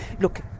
look